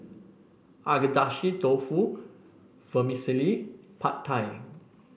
Agedashi Dofu Vermicelli Pad Thai